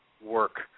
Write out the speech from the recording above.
work